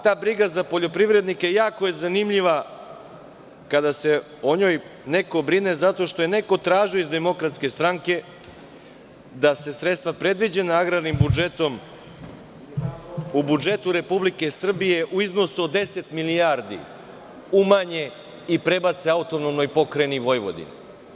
Ta briga za poljoprivrednike jako je zanimljiva kada se o njoj neko brine zato što je neko tražio iz DS da se sredstva predviđena agrarnim budžetom u budžetu Republike Srbije, u iznosu od 10 milijardi umanje i prebace AP Vojvodini.